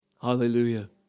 Hallelujah